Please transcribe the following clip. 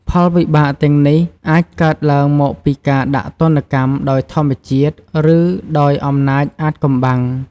ផលវិបាកទាំងនេះអាចកើតឡើងមកពីការដាក់ទណ្ឌកម្មដោយធម្មជាតិ ឬដោយអំណាចអាថ៌កំបាំង។